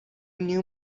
new